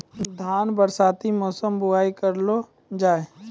धान बरसाती मौसम बुवाई करलो जा?